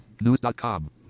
news.com